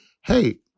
Hey